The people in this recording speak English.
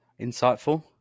insightful